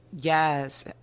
yes